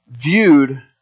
viewed